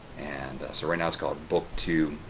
and so, right now. it's called book two,